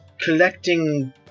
collecting